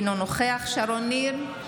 אינו נוכח שרון ניר,